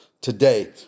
today